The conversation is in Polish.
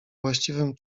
właściwym